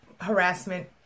harassment